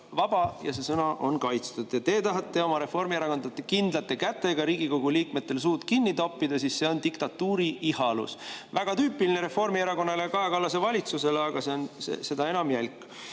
vaba ja see sõna on kaitstud. Ja kui teie tahate oma Reformierakonna kindlate kätega Riigikogu liikmetel suud kinni toppida, siis see on diktatuuri ihalus. Väga tüüpiline Reformierakonnale ja Kaja Kallase valitsusele, aga seda enam jälk.